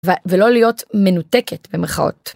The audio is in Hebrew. וה... ולא להיות מנותקת במרכאות.